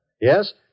Yes